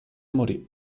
morì